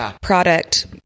product